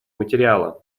материала